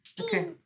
Okay